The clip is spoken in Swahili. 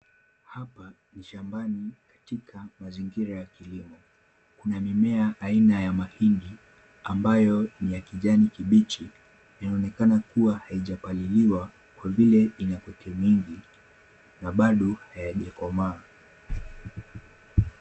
Hapa ni shambani, katika mazingira ya kilimo. Kuna mimea aina ya mahindi, ambayo ni ya kijani kibichi, yanaonekana kuwa haijapaliliwa kwa vile iko na kwekwe nyingi, na bado haijakomaa.